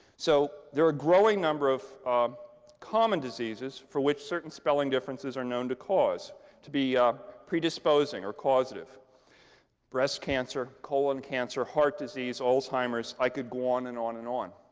so there are a growing number of common diseases for which certain spelling differences are known to cause to be predisposing or causative breast cancer, colon cancer, heart disease, alzheimer's i could go on, and on, and on.